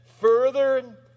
further